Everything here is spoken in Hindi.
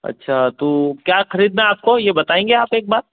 अच्छा तो क्या खरीदना है आपको ये बतायेंगी आप एक बार